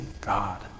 God